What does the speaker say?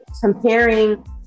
comparing